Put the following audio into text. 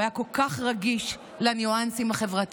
הוא היה כל כך רגיש לניואנסים החברתיים,